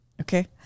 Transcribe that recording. Okay